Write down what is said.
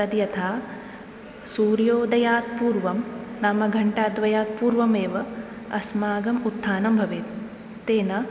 तद्यथा सूर्योदयात् पूर्वं नाम घण्टाद्वयात् पूर्वमेव अस्माकम् उत्थानं भवेत् तेन